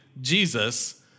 Jesus